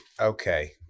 Okay